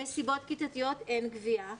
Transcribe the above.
מסיבות כיתתיות אין גבייה.